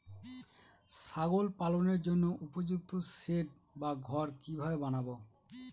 ছাগল পালনের জন্য উপযুক্ত সেড বা ঘর কিভাবে বানাবো?